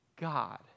God